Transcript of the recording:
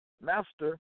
Master